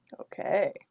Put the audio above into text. Okay